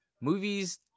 movies